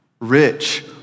rich